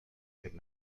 could